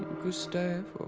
gustavo